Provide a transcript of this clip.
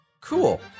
Cool